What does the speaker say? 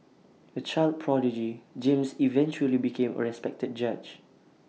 A child prodigy James eventually became A respected judge